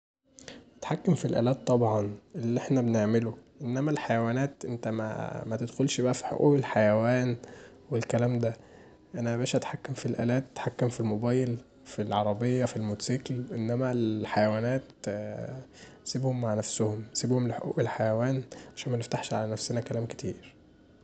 تتحكم في الآلات طبعا، اللي احنا بنعمله، انما الحيوانات انت متدخلش بقي في حقوق الحيوان والكلام دا، انا يا باشا اتحكم في الآلات اتحكم في موبايل، في العربيه، في موتسيكل، انما الحيوانات سيبهم مع نفسهم، سيبهم لحقوق الحيوان عشان منفتحش علي نفسنا كلام كتير.